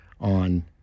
on